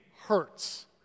hurts